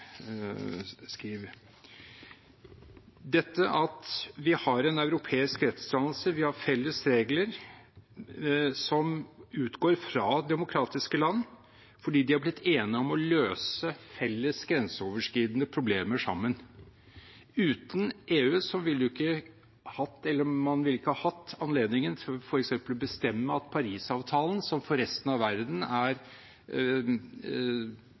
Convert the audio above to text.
skriv. Slik har vi en europeisk rettsdannelse, vi har felles regler som utgår fra demokratiske land, fordi de er blitt enige om å løse felles, grenseoverskridende problemer sammen. Uten EU ville man ikke hatt anledningen til f.eks. å bestemme det EU har gjort med hensyn til Parisavtalen, som for resten av verden i og for seg er